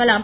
Kalam